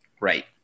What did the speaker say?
Right